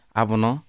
abono